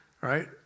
right